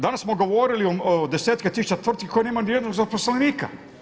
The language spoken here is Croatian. Danas smo govorili o desetke tisuća tvrtki koja nema ni jednog zaposlenika.